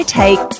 take